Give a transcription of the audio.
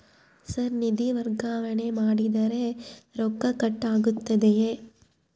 Sir ನಿಧಿ ವರ್ಗಾವಣೆ ಮಾಡಿದರೆ ರೊಕ್ಕ ಕಟ್ ಆಗುತ್ತದೆಯೆ?